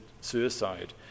suicide